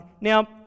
Now